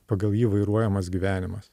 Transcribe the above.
pagal jį vairuojamas gyvenimas